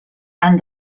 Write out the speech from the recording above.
han